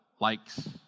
likes